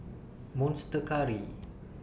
Monster Curry